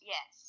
Yes